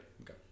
Okay